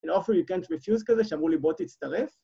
In offer you can't refuse כזה, שאמרו לי בוא תצטרף